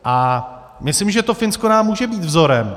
A myslím, že to Finsko nám může být vzorem.